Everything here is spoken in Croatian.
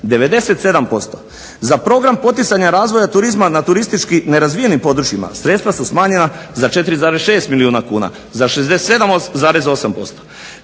97%, za program poticanja razvoja turizma na turistički nerazvijenim područjima sredstva su smanjena za 4,6 milijuna kuna, za 67,8%.